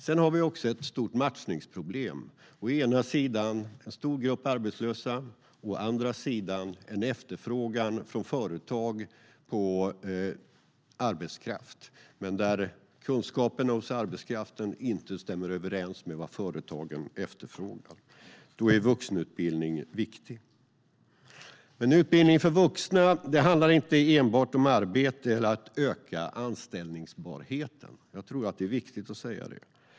Vi har också ett stort matchningsproblem: å ena sidan en stor grupp arbetslösa, å andra sidan en efterfrågan från företag på arbetskraft, men kunskaperna hos de arbetslösa stämmer inte överens med vad företagen efterfrågar. Då är vuxenutbildning viktig. Men utbildning för vuxna handlar inte enbart om arbete eller att öka anställbarheten. Jag tror att det är viktigt att säga det.